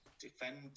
defend